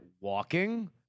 walking